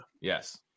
Yes